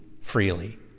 freely